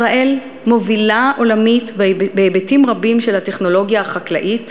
ישראל מובילה עולמית בהיבטים רבים של הטכנולוגיה החקלאית,